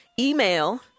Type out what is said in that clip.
email